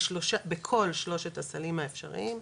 בכל שלושת הסלים האפשריים,